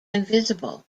invisible